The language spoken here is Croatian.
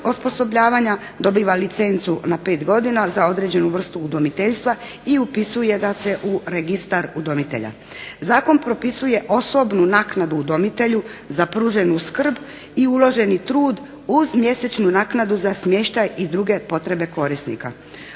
osposobljavanja dobiva licencu na pet godina za određenu vrstu udomiteljstva i upisuje ga se u registar udomitelja. Zakon propisuje osobnu naknadu udomitelju za pruženu skrb i uloženi trud uz mjesečnu naknadu za smještaj i druge potrebe korisnika.